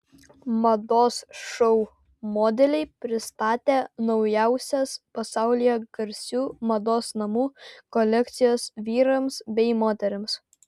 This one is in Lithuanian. mados šou modeliai pristatė naujausias pasaulyje garsių mados namų kolekcijas vyrams bei moterims